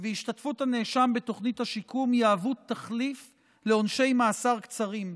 והשתתפות הנאשם בתוכנית השיקום יהוו תחליף לעונשי מאסר קצרים,